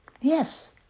Yes